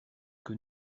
que